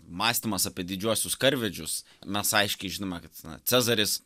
mąstymas apie didžiuosius karvedžius mes aiškiai žinome kad na cezaris